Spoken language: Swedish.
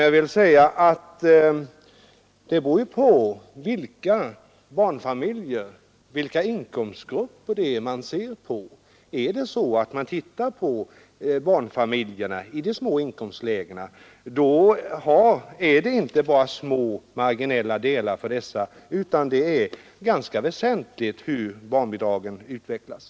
Jag vill dock påpeka att det beror på vilka barnfamiljer och vilka inkomstgrupper man ser på. Gäller det barnfamiljerna i de små inkomstlägena, då är det inte bara små, marginella delar för dessa utan det är ganska väsentligt hur barnbidraget utvecklas.